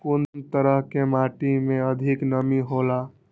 कुन तरह के माटी में अधिक नमी हौला?